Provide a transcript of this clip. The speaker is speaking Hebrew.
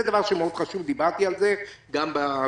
זה דבר מאוד חשוב ודיברתי על זה גם בוועדה.